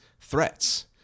threats